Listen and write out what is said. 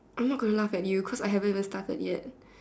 I'm not gonna laugh at you cause I haven't even started yet